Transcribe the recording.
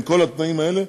עם כל התנאים האלה,